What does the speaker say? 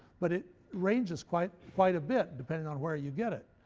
but it ranges quite quite a bit, depending on where you get it.